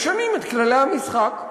משנים את כללי המשחק.